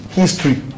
history